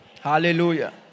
Hallelujah